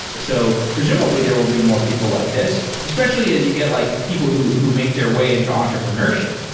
so presumably there will be more people like this, especially as you get like people who who make their way into entrepreneurship.